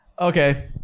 Okay